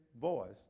voice